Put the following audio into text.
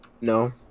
No